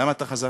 למה אתה חזרת?